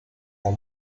the